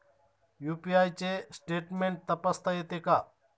UPI चे statement तपासता येते का?